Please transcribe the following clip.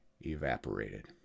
evaporated